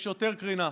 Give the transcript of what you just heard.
יש יותר קרינה,